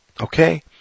okay